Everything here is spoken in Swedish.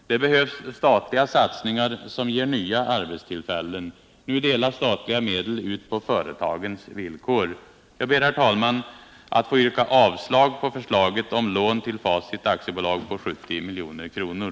Det behövs statliga satsningar som ger nya arbetstillfällen. Nu delas statliga medel ut på företagens villkor. Jag ber, herr talman, att få yrka avslag på förslaget om ett lån till Facit AB på 70 milj.kr.